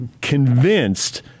convinced